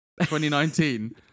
2019